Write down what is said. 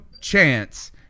chance